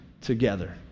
together